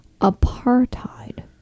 apartheid